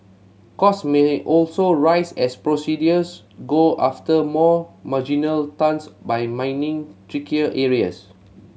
cost many also rise as producers go after more marginal tons by mining trickier areas